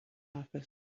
office